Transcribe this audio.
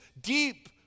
deep